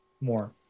more